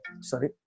sorry